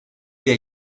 wir